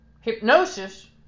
Hypnosis